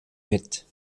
mit